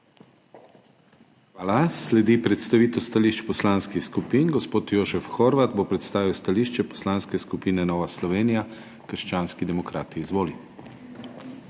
Hvala. Sledi predstavitev stališč poslanskih skupin. Gospod Jožef Horvat bo predstavil stališče Poslanske skupine Nova Slovenija – krščanski demokrati. Izvoli.